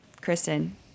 kristen